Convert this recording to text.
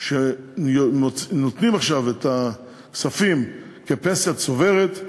שנותנים עכשיו את הכספים כפנסיה צוברת,